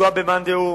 לפגוע במאן דהוא,